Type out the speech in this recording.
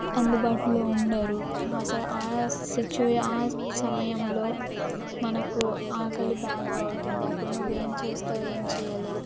అందుబాటులో ఉండరు అసలు ఆ సిచ్చువే ఆ సమయంలో మనకు ఆకలి బాగా అవుతుంది అప్పుడు నువ్వు ఏం చేస్తావు ఏం చేయలేవు